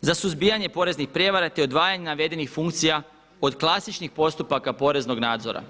za suzbijanje poreznih prijevara, te odvajanje navedenih funkcija od klasičnih postupaka poreznog nadzora.